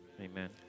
Amen